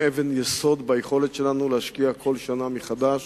אבן היסוד ביכולת שלנו להשקיע כל שנה מחדש,